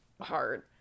hard